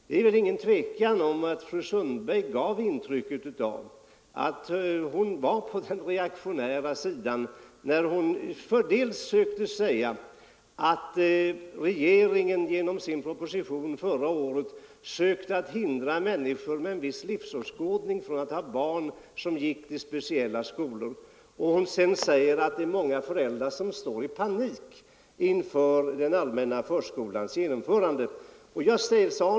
Det är inget tvivel om att fru Sundberg gav ett intryck av att hon var på den reaktionära sidan, när hon påstod att regeringen genom sin proposition förra året sökt hindra människor med en viss livsåskådning att ge sina barn speciella skolor och att många föräldrar har gripits av panik inför den allmänna förskolans genomförande.